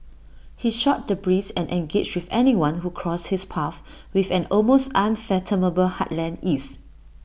he shot the breeze and engaged with anyone who crossed his path with an almost unfathomable heartland ease